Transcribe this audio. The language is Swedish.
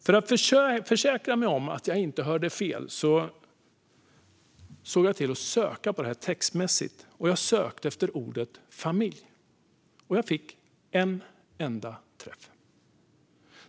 För att försäkra mig om att jag inte hörde fel gjorde jag en sökning i texten, och jag sökte efter ordet "familj". Jag fick en enda träff.